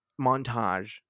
montage